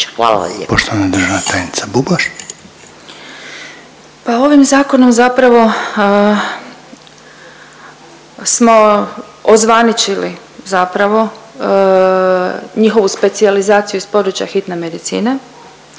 Željko (HDZ)** Poštovana državna tajnica Bubaš. **Bubaš, Marija** Ovim zakonom zapravo smo ozvaničili zapravo njihovu specijalizaciju iz područja hitne medicine